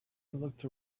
looked